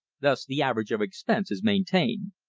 thus the average of expense is maintained.